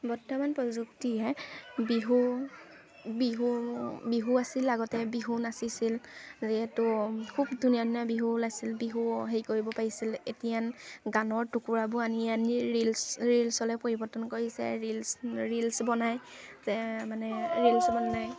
বৰ্তমান প্ৰযুক্তিয়ে বিহু বিহু বিহু আছিল আগতে বিহু নাচিছিল যিহেতু খুব ধুনীয়া ধুনীয়া বিহু ওলাইছিল বিহু হেৰি কৰিব পাৰিছিল এতিয়া গানৰ টুকুৰাবোৰ আনি আনি ৰিলচ ৰিল্চলৈ পৰিৱৰ্তন কৰিছে ৰিলচ ৰিল্চ বনায় মানে ৰিলচ বনায়